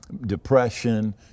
depression